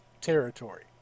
territory